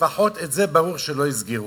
לפחות את זה ברור שלא יסגרו,